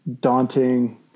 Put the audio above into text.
daunting